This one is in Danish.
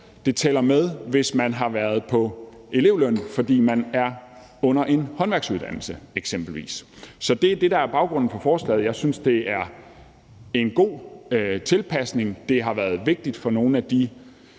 det tæller med, hvis man har været på elevløn under en håndværksuddannelse, eksempelvis. Så det er det, der er baggrunden for forslaget. Jeg synes, det er en god tilpasning. Det har været vigtigt for nogle af de